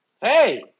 hey